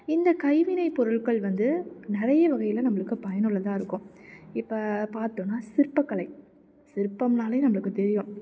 இந்த கைவினைப் பொருட்கள் வந்து நிறைய வகையில் நம்மளுக்கு பயனுள்ளதாக இருக்கும் இப்போ பார்த்தோம்னா சிற்பக் கலை சிற்பம்னாலே நம்மளுக்கு தெரியும்